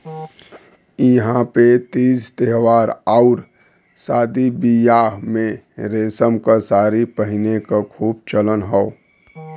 इहां पे तीज त्यौहार आउर शादी बियाह में रेशम क सारी पहिने क खूब चलन हौ